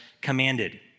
commanded